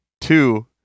Two